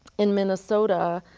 in minnesota,